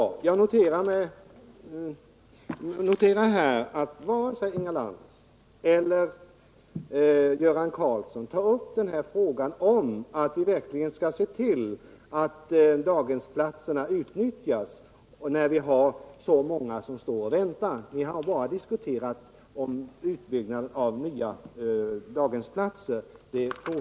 Jag noterar att varken Inga Lantz eller Göran Karlsson tar upp frågan om att verkligen se till att befintliga daghemsplatser utnyttjas, när så många väntar på en plats. Ni har bara diskuterat en utbyggnad av daghemsplatser.